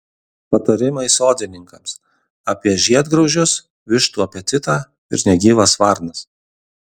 patarimai sodininkams apie žiedgraužius vištų apetitą ir negyvas varnas